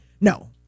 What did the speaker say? No